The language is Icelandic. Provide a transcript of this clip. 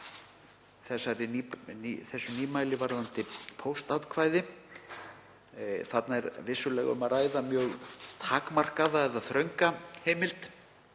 þessu nýmæli varðandi póstatkvæði. Þarna er vissulega um að ræða mjög takmarkaða eða þrönga heimild,